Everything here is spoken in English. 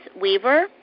Weaver